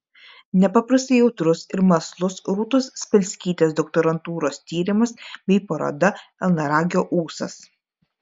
nepaprastai jautrus ir mąslus rūtos spelskytės doktorantūros tyrimas bei paroda elniaragio ūsas